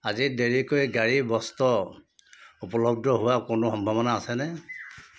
আজি দেৰিকৈ গাড়ীৰ বস্তু উপলব্ধ হোৱাৰ কোনো সম্ভাৱনা আছেনে